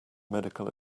medical